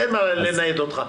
אין מה לנייד אותך.